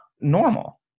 normal